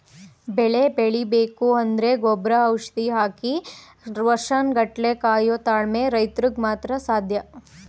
ಬೆಳೆ ಬೆಳಿಬೇಕು ಅಂದ್ರೆ ಗೊಬ್ರ ಔಷಧಿ ಹಾಕಿ ವರ್ಷನ್ ಗಟ್ಲೆ ಕಾಯೋ ತಾಳ್ಮೆ ರೈತ್ರುಗ್ ಮಾತ್ರ ಸಾಧ್ಯ